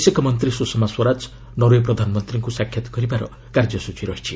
ବୈଦେଶିକ ମନ୍ତ୍ରୀ ସୁଷମା ସ୍ୱରାଜ ନରଓ୍ପେ ପ୍ରଧାନମନ୍ତ୍ରୀଙ୍କୁ ସାକ୍ଷାତ କରିବାର କାର୍ଯ୍ୟସୂଚୀ ରହିଛି